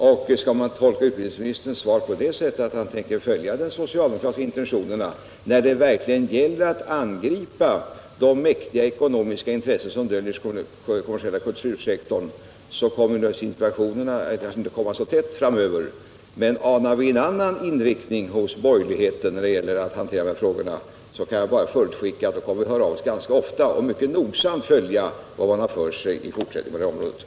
Skall man tolka utbildningsministerns svar på det sättet att han tänker följa de socialdemokratiska intentionerna när det gäller att verkligen angripa de mäktiga ekonomiska intressen som finns inom den kommersiella kultursektorn, kommer naturligtvis interpellationerna inte att komma så tätt framöver. Men anar vi en annan inriktning hos borgerligheten när det gäller att hantera de här frågorna, så kan jag förutskicka att vi kommer att höra av oss ganska ofta och mycket nogsamt följa vad man har för sig i fortsättningen på det här området.